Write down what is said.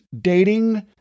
dating